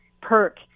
perk